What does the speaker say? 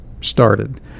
started